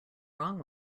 wrong